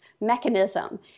mechanism